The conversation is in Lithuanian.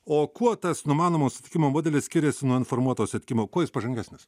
o kuo tas numanomo sutikimo modelis skiriasi nuo informuoto sutikimo kuo jis pažangesnis